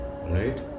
right